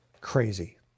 Crazy